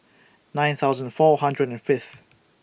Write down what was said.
nine thousand four hundred and Fifth